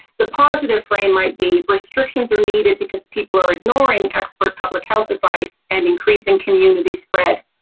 the positive frame might be restrictions are needed because people are ignoring expert public health advice and increasing community spread.